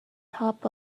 top